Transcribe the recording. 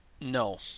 No